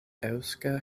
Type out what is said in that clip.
eŭska